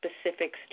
specifics